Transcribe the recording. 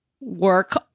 work